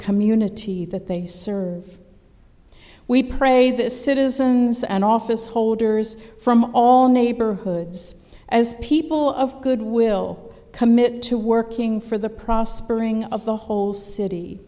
community that they serve we pray this citizens and office holders from all neighborhoods as people of good will commit to working for the prospering of the whole city